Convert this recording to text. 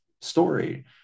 story